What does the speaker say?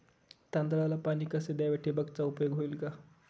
तांदळाला पाणी कसे द्यावे? ठिबकचा उपयोग होईल का?